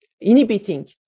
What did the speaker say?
inhibiting